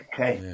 Okay